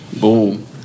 Boom